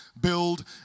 build